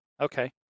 Okay